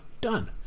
done